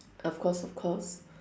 of course of course